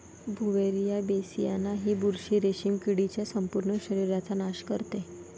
Beauveria bassiana ही बुरशी रेशीम किडीच्या संपूर्ण शरीराचा नाश करते